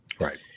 Right